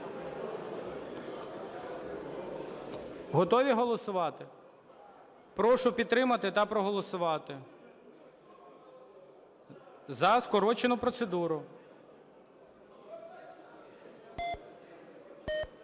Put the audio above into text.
Готові голосувати? Прошу підтримати та проголосувати за скорочену процедуру.